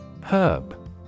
Herb